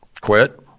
quit